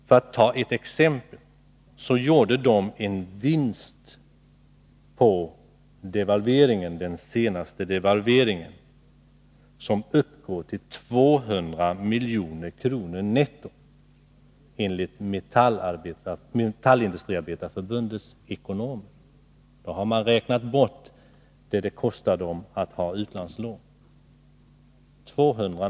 Som exempel kan nämnas att företaget gjorde en vinst på den senaste devalveringen uppgående till 200 milj.kr. netto, enligt Svenska metallindustriarbetareförbundets ekonomer. Då har man räknat bort vad det kostar att ha utlandslån.